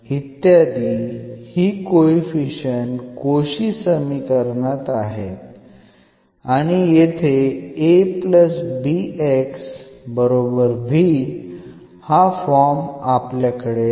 इत्यादी ही coefficient Cauchy समीकरणात आहेत आणि येथे हा फॉर्म आपल्याकडे आहे